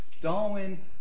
Darwin